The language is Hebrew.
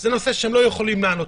זה נושא שהם לא יכולים לענות עליו.